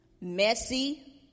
messy